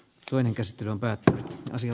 toinen kestilän päätä asia